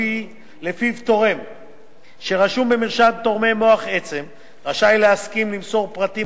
שלפיו תורם שרשום במרשם תורמי מוח עצם רשאי להסכים למסור פרטים